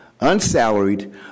unsalaried